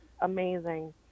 amazing